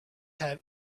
have